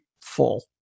full